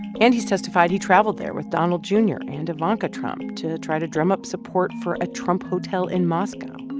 and he's testified he traveled there with donald jr. and ivanka trump to try to drum up support for a trump hotel in moscow.